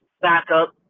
backup